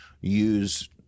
use